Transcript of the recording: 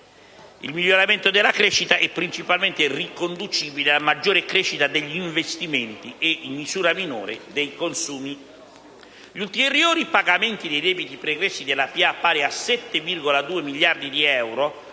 Il miglioramento della crescita è principalmente riconducibile alla maggiore crescita degli investimenti e, in misura minore, dei consumi. Gli ulteriori pagamenti di debiti pregressi della pubblica amministrazione pari a 7,2 miliardi di euro